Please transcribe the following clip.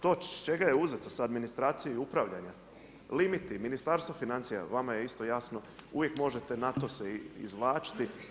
To s čega je uzeto sa administracije i upravljanja, limiti, Ministarstvo financija, vama je isto jasno, uvijek možete na to se izvlačiti.